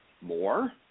More